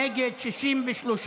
נגד, 63,